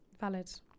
Valid